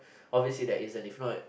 obviously there isn't if not